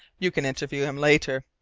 you can interview him later.